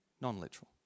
Non-literal